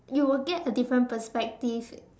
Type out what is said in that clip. you will get a different perspective